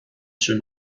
schön